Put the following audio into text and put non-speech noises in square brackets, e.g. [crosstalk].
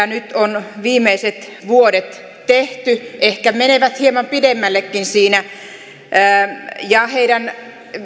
[unintelligible] nyt on viimeiset vuodet tehty ehkä menevät hieman pidemmällekin siinä heidän